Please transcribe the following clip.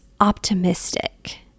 optimistic